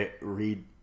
read